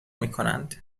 میکنند